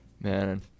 Man